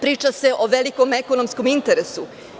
Priča se o velikom ekonomskom interesu.